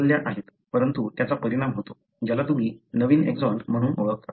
परंतु त्याचा परिणाम होतो ज्याला तुम्ही नवीन एक्सॉन म्हणून ओळखता त्यात